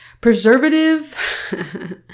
Preservative